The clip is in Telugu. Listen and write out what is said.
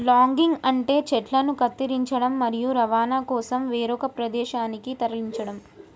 లాగింగ్ అంటే చెట్లను కత్తిరించడం, మరియు రవాణా కోసం వేరొక ప్రదేశానికి తరలించడం